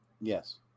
Yes